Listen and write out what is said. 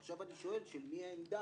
עכשיו אני שואל, של מי העמדה?